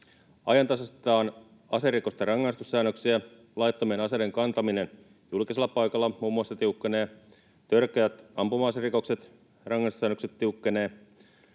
ajantasaistetaan aserikosten rangaistussäännöksiä, laittomien aseiden kantaminen julkisella paikalla muun muassa tiukkenee, törkeiden ampuma-aserikosten rangaistussäännökset tiukkenevat